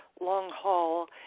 long-haul